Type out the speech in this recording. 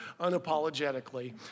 unapologetically